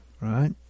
right